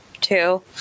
Two